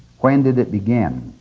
when did it begin?